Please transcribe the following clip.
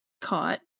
caught